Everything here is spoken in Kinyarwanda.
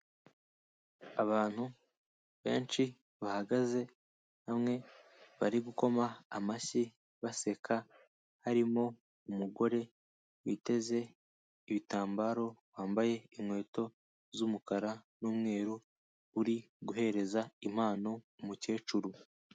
Abantu benshi bahagaze hamwe, bari gukoma amashyi baseka, harimo umugore witeze ibitambaro, wambaye inkweto z'umukara n'umweru, uri guhereza impano umukecuru.